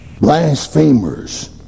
blasphemers